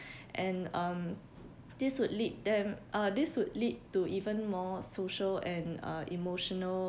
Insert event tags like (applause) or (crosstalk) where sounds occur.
(breath) and um this would lead them uh this would lead to even more social and uh emotional